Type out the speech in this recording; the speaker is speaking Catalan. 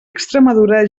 extremadura